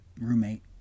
roommate